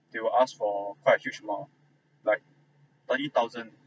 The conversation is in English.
they will ask for quite a huge amount of like thirty thousand